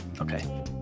Okay